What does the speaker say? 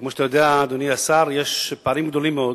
וכמו שאתה יודע, אדוני השר, יש פערים גדולים מאוד